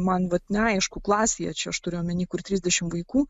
man vat neaišku klasėje čia aš turiu omeny kur trisdešimt vaikų